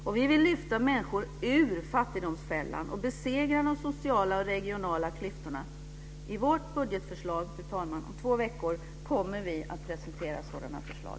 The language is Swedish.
Och vi vill lyfta människor ur fattigdomsfällan och besegra de sociala och regionala klyftorna. I vårt budgetförslag, fru talman, om två veckor kommer vi att presentera sådana förslag.